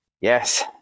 Yes